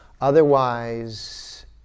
Otherwise